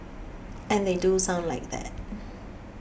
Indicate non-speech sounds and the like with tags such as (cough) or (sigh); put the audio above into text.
and they do sound like that (noise)